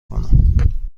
کنم